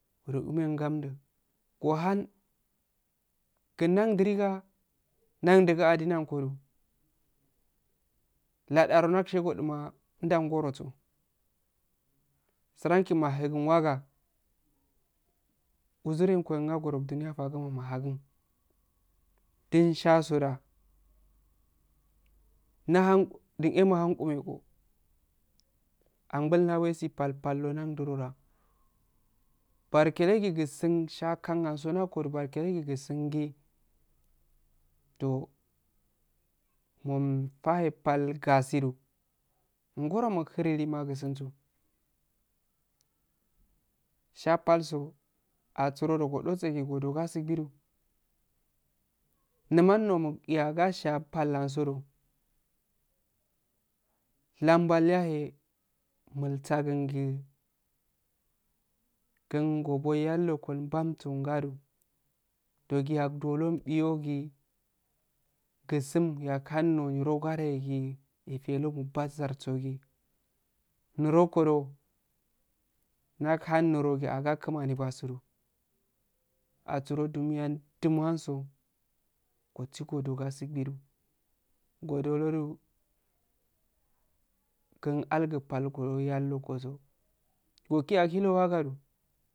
Uro gumen gamdu ken nda duri ga dan duga adi ankodu ladaro nda shago nduma dan goroso siranki mahugun waga usiren ko nya goronduniya fakguma ma hagin din shasoda nahan din eh mahan ngume ko ampul na wesiro patpalo danduloroda sha kan anso nako du barkelegi gisingi mumpaye pal gasidu ngoro mukhelima muksin so, sha palso asirodo godosegi godo gasebbidu numan no muukeh aga sha pal ansodo lambal yaye malsagi gingobo yalloko elbam son gadu dogi yakdolo embiyogi gisim gi yak hanno neron gadegi efelo mubazzar sogi nerokodo danhan nero aga kimani bassudu asiro dumiyan dumo anso kosi godo gasebbidu godolodu gin algepal goyallokoso goki yakhiro wazadu